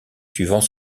suivant